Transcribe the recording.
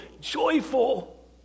joyful